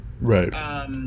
Right